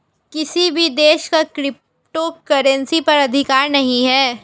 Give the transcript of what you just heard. किसी भी देश का क्रिप्टो करेंसी पर अधिकार नहीं है